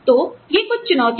तो ये कुछ चुनौतियां हैं